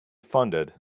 funded